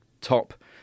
top